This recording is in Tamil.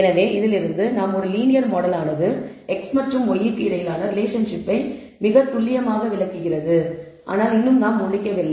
எனவே இதிலிருந்து நாம் ஒரு லீனியர் மாடலானது x மற்றும் y க்கு இடையிலான ரிலேஷன்ஷிப்பை மிகத் துல்லியமாக விளக்குகிறது ஆனால் நாம் முடிக்கவில்லை